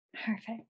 Perfect